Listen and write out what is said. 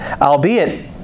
Albeit